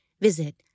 Visit